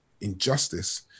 injustice